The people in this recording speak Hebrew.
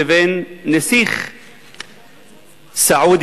לבין נסיך סעודי,